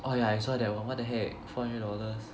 oh yeah I saw that one what the heck four hundred dollars